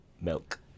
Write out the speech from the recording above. Milk